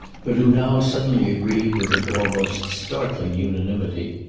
but who now suddenly agreed with an almost startling unanimity.